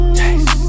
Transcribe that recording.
taste